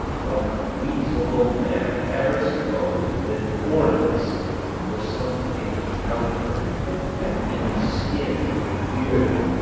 what reasonable man ever supposed that ornaments were something outward and in the skin merely